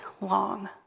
long